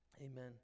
Amen